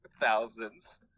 thousands